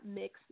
mix